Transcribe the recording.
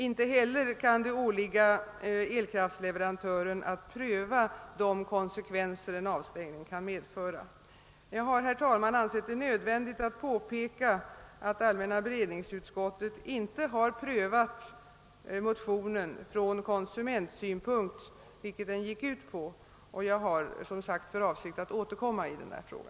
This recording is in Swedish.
Inte heller kan det åligga elkraftsleverantören att pröva de konsekvenser en avstängning kan medföra. Jag har, herr talman, ansett det nödvändigt påpeka att allmänna beredningsutskottet inte har prövat motionens krav från konsumentsynpunkt, vilket var dess huvudsyfte. Jag har som sagt för avsikt att återkomma i denna fråga.